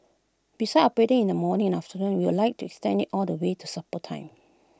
besides operating in the morning afternoon we would like to extend IT all the way to supper time